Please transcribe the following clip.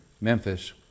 Memphis